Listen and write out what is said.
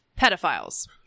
pedophiles